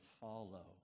follow